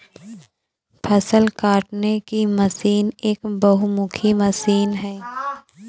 फ़सल काटने की मशीन एक बहुमुखी मशीन है